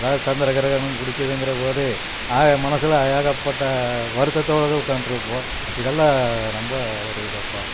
அதாவது சந்திரக்கிரகணம் பிடிக்கிதுங்குறபோதே நாங்கள் மனசில் ஏகப்பட்ட வருத்தத்தோடு தான் உட்காந்துட்ருப்போம் இதெல்லாம் ரொம்ப ஒரு இதுப்பா